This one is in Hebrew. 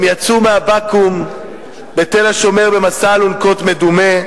הם יצאו מהבקו"ם בתל-השומר, במסע אלונקות מדומה,